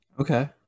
okay